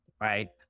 right